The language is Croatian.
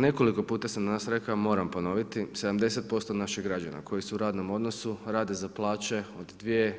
Nekoliko puta sam danas rekao, moram ponoviti, 70% naših građana koji su u radnom odnosu rade za plaće od 2,